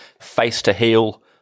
face-to-heel